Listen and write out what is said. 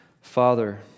Father